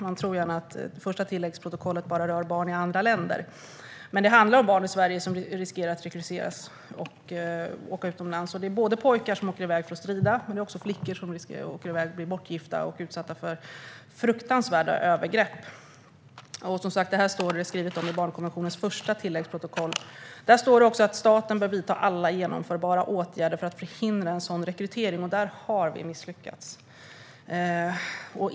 Man tror gärna att det första tilläggsprotokollet bara rör barn i andra länder, men det handlar om barn i Sverige som riskerar att rekryteras och åka utomlands. Det handlar både om pojkar som åker iväg för att strida och om flickor som blir bortgifta och blir utsatta för fruktansvärda övergrepp. Detta står det om i barnkonventionens första tilläggsprotokoll. Där står också att staten bör vidta alla genomförbara åtgärder för att förhindra en sådan rekrytering, och på den punkten har vi misslyckats.